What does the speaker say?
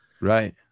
Right